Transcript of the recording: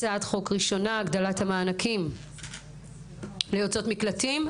הצעת חוק ראשונה הגדלת המענקים ליוצאות מקלטים.